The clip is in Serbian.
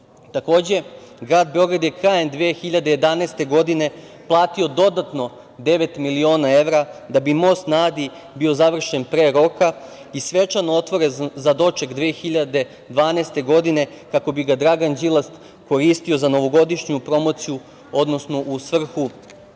Ješića. Takođe, grad Beograd je krajem 2011. godine platio dodatno devet miliona evara da bi most na Adi bio završen pre roka i svečano otvoren za doček 2012. godine kako bi ga Dragan Đilas koristio za novogodišnju promociju, odnosno u svrhu